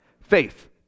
Faith